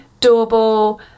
doable